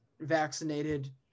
vaccinated